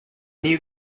new